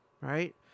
Right